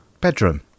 Bedroom